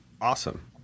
Awesome